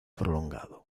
prolongado